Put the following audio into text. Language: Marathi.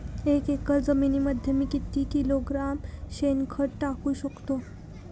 एक एकर जमिनीमध्ये मी किती किलोग्रॅम शेणखत टाकू शकतो?